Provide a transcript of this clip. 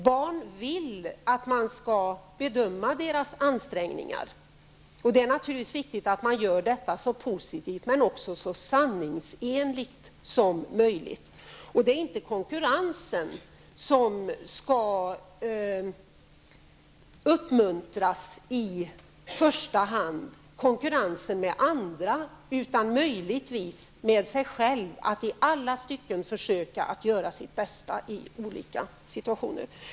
Barn vill att deras ansträngningar bedöms. Det är naturligtvis viktigt att man gör detta så positivt men också så sanningsenligt som möjligt. Det är inte konkurrensen med andra som i första hand skall uppmuntras, utan möjligtvis med sig själv, att i alla avseenden försöka göra sitt bästa i olika situationer.